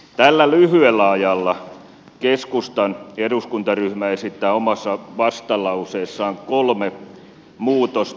tällä lyhyellä ajalla keskustan eduskuntaryhmä esittää omassa vastalauseessaan kolme muutosta